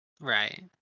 Right